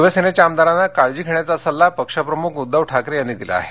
शिवसेनेच्या आमदारांना काळजी घेण्याचा सल्ला पक्षप्रमुख उद्धव ठाकरे यांनी दिला आहे